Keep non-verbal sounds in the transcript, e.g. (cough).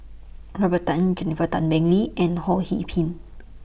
Robert Tan Jennifer Tan Bee Leng and Ho (unintelligible) Pin